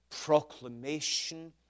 proclamation